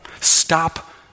Stop